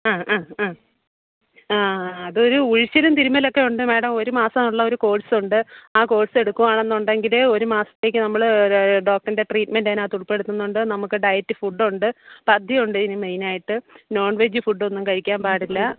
ആ ആ ആ ആ അതൊരു ഉഴിച്ചിലും തിരുമ്മലൊക്കെ ഉണ്ട് മേടം ഒരു മാസം ഉള്ള ഒരു കോഴ്സുണ്ട് ആ കോഴ്സ് എടുക്കുവാണെന്നുണ്ടെങ്കില് ഒരു മാസത്തേക്ക് നമ്മള് ഡോക്ടറിൻ്റെ ട്രീറ്റ്മെൻറ്റ് അതിനകത്ത് ഉൾപ്പെടുത്തുന്നുണ്ട് നമുക്ക് ഡയറ്റ് ഫുഡുണ്ട് പദ്യമുണ്ട് ഇതിനു മെയിനായിട്ട് നോൺ വെജ് ഫുഡൊന്നും കഴിക്കാനും പാടില്ല